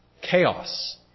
chaos